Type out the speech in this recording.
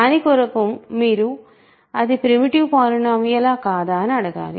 దాని కోసం మీరు అది ప్రిమిటివ్ పాలినోమియలా కాదా అని అడగాలి